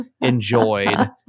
enjoyed